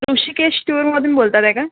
ऋषिकेश टूरमधून बोलतात आहे का